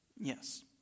Yes